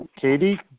Katie